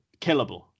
killable